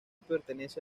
pertenece